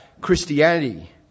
Christianity